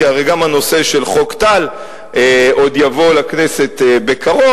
כי הרי גם הנושא של חוק טל עוד יבוא לכנסת בקרוב,